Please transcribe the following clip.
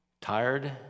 tired